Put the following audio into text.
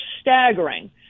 staggering